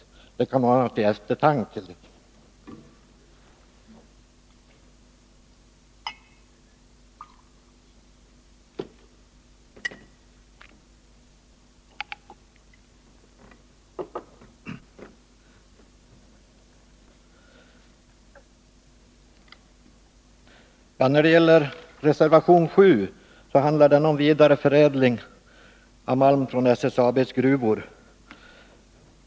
Detta kan mana till eftertanke. Reservation 7 handlar om vidareförädling av malm från SSAB:s gruvor.